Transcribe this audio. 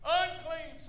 unclean